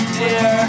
dear